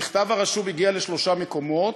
המכתב הרשום הגיע לשלושה מקומות: